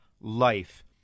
life